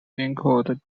included